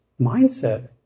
mindset